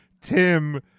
Tim